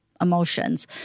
emotions